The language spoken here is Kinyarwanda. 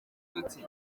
y’udutsi